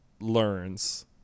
learns